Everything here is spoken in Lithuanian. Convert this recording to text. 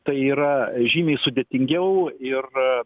tai yra žymiai sudėtingiau ir